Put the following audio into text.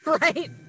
right